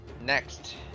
Next